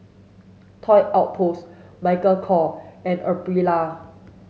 Toy Outpost Michael Kors and Aprilia